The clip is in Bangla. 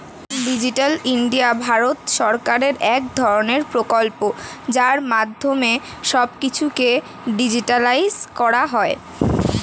ডিজিটাল ইন্ডিয়া ভারত সরকারের এক ধরণের প্রকল্প যার মাধ্যমে সব কিছুকে ডিজিটালাইসড করা হয়